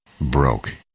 broke